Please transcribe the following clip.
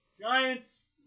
Giants